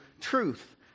truth